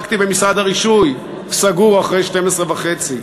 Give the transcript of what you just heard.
בדקתי במשרד הרישוי, סגור אחרי 12:30,